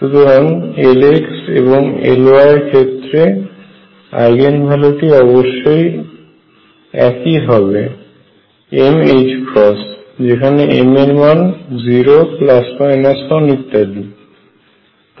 সুতরাং Lx এবং Ly এর ক্ষেত্রে আইগেন ভ্যালু টি অবশ্যই একই হবে m যেখানে m এর মান 0 1 ইত্যাদি হয়